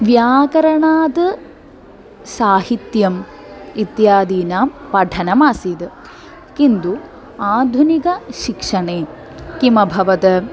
व्याकरणात् साहित्यम् इत्यादीनां पठनमासीत् किन्तु आधुनिकशिक्षणे किमभवत्